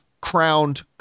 crowned